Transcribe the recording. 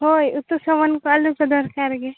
ᱦᱳᱭ ᱩᱛᱩ ᱥᱟᱵᱟᱱ ᱠᱚ ᱟᱹᱞᱩ ᱠᱚ ᱫᱚᱨᱠᱟᱨ ᱜᱮ